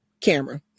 camera